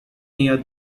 near